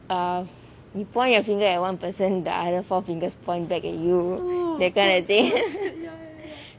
err you point your finger at one person the other four fingers point back at you that kind of thing